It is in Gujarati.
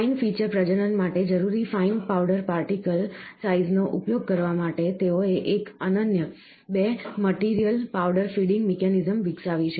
ફાઇન ફીચર પ્રજનન માટે જરૂરી ફાઇન પાવડર પાર્ટિકલ સાઇઝનો ઉપયોગ કરવા માટે તેઓએ એક અનન્ય 2 મટિરિયલ પાવડર ફીડિંગ મિકેનિઝમ વિકસાવી છે